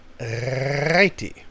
righty